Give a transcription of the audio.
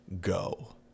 go